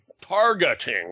targeting